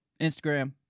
Instagram